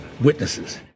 Witnesses